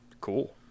cool